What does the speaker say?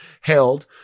held